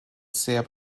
sehr